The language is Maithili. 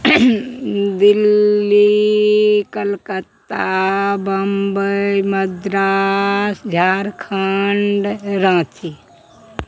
दिल्ली कलकत्ता बम्बइ मद्रास झारखण्ड राँची